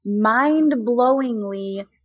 mind-blowingly